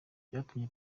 byatumye